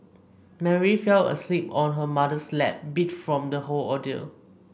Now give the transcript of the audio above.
Mary fell asleep on her mother's lap beat from the whole ordeal